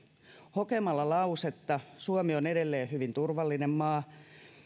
hokemalla lauseita suomi on edelleen hyvin turvallinen maa